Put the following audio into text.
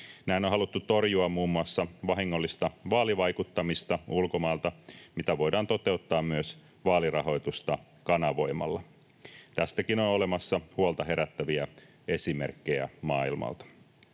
Näin on haluttu torjua muun muassa vahingollista vaalivaikuttamista ulkomailta, mitä voidaan toteuttaa myös vaalirahoitusta kanavoimalla. Tästäkin on olemassa huolta herättäviä esimerkkejä maailmalta.